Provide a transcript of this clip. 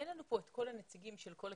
אין לנו פה את כל הנציגים של כל הקהילות.